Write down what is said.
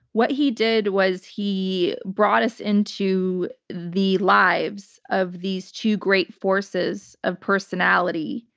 what he did was he brought us into the lives of these two great forces of personality,